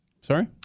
Sorry